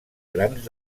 grans